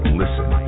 listen